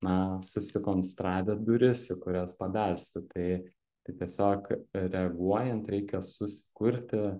na susikonstravę duris į kurias pabelsti tai tai tiesiog reaguojant reikia susikurti